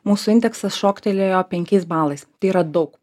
mūsų indeksas šoktelėjo penkiais balais tai yra daug